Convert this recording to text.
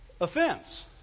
Offense